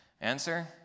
Answer